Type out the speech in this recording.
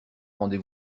rendez